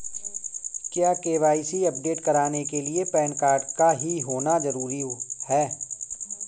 क्या KYC update कराने के लिए पैन कार्ड का ही होना जरूरी है?